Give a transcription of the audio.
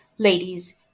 Ladies